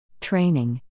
training